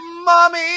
Mommy